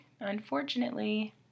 unfortunately